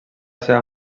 seva